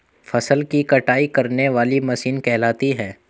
फसल की कटाई करने वाली मशीन कहलाती है?